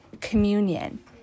communion